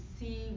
see